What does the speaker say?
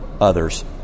others